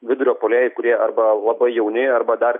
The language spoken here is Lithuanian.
vidurio puolėjai kurie arba labai jauni arba dar